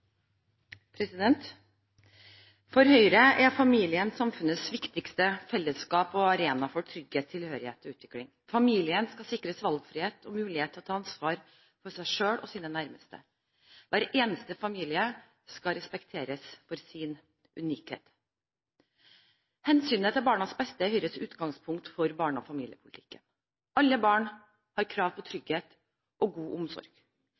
omme. For Høyre er familien samfunnets viktigste fellesskap og arena for trygghet, tilhørighet og utvikling. Familien skal sikres valgfrihet og mulighet til å ta ansvar for seg selv og sine nærmeste. Hver eneste familie skal respekteres for sin unikhet. Hensynet til barnets beste er Høyres utgangspunkt for barne- og familiepolitikken. Alle barn har krav på trygghet og god omsorg.